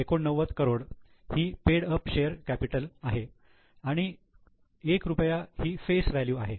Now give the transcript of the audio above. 89 करोड ही paid up share capital आहे आणि एक रुपया हि फेस व्हॅल्यू आहे